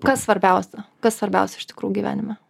kas svarbiausia kas svarbiausia iš tikrųjų gyvenime